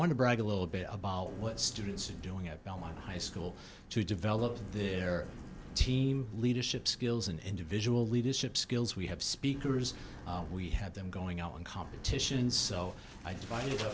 want to brag a little bit about what students are doing at belmont high school to develop their team leadership skills and individual leadership skills we have speakers we have them going out and competition so i